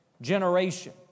generation